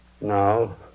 No